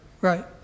Right